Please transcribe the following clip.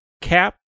cap